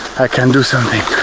i can do something